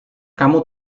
kamu